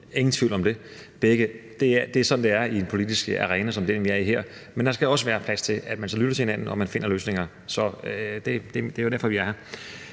ingen tvivl om det. Det er sådan, det er i en politiske arena som den, vi er i her. Men der skal også være plads til, at man så lytter til hinanden, og at man finder løsninger. Det er jo derfor, vi er her.